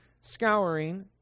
scouring